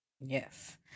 Yes